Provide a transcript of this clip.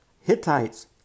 Hittites